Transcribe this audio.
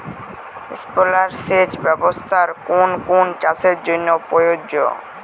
Sprinkler সেচ ব্যবস্থার কোন কোন চাষের জন্য প্রযোজ্য?